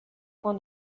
coin